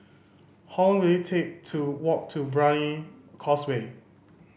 how long will it take to walk to Brani Causeway